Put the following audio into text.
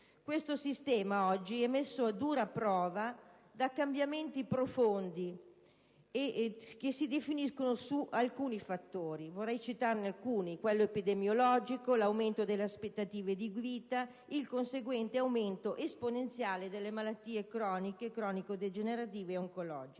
Questo sistema è oggi messo a dura prova da cambiamenti profondi, che si definiscono su alcuni fattori. Vorrei citarne alcuni: quello epidemiologico, l'aumento delle aspettative di vita, il conseguente aumento esponenziale delle malattie croniche, cronico-degenerative ed oncologiche.